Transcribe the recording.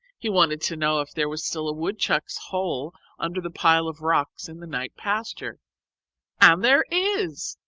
he wanted to know if there was still a woodchuck's hole under the pile of rocks in the night pasture and there is!